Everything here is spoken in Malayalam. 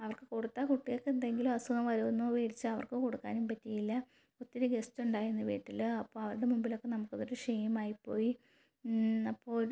അവർക്ക് കൊടുത്താ കുട്ടികള്ക്ക് എന്തെങ്കിലും അസുഖം വരുവെന്നോ പേടിച്ച് അവർക്ക് കൊടുക്കാനും പറ്റിയില്ല ഒത്തിരി ഗസ്റ്റ് ഉണ്ടായിരുന്നു വീട്ടില് അപ്പോള് അവരുടെ മുമ്പിലൊക്കെ നമുക്ക് അതൊരു ഷെയ്മായി പോയി അപ്പോള്